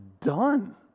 done